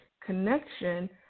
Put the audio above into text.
connection